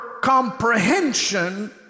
comprehension